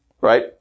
Right